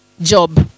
Job